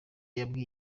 yabwiye